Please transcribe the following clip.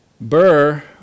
Burr